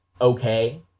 okay